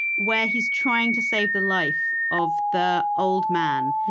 where he's trying to save the life of the old man,